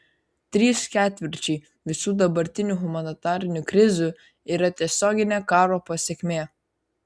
trys ketvirčiai visų dabartinių humanitarinių krizių yra tiesioginė karo pasekmė